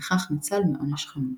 וכך ניצל מעונש חמור.